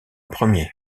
premier